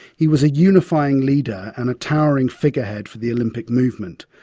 he was a unifying leader and a towering figurehead for the olympic movement.